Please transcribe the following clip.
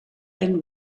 and